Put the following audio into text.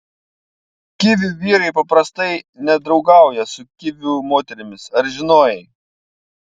kivių vyrai paprastai nedraugauja su kivių moterimis ar žinojai